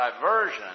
diversion